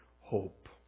hope